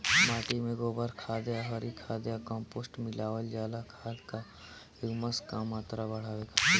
माटी में गोबर खाद या हरी खाद या कम्पोस्ट मिलावल जाला खाद या ह्यूमस क मात्रा बढ़ावे खातिर?